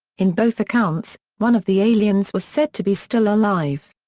in both accounts, one of the aliens was said to be still alive.